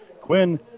Quinn